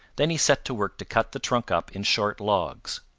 then he set to work to cut the trunk up in short logs.